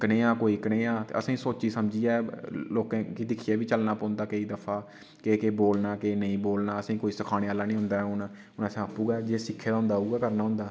कोई कनेहा कोई कनेहा असें ई सोची समझियै लोकें ई दिक्खियै बी चलना पौंदा केईं दफा केह् केह् बोलना केह् केह् नेईं बोलना असें ई कोई सखाने आह्ला निं होंदा ऐ हून असें आपूं गै जे सिक्खे दा होंदा उ'ऐ करना होंदा